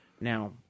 Now